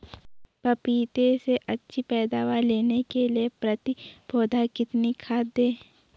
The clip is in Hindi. पपीते से अच्छी पैदावार लेने के लिए प्रति पौधा कितनी खाद दें?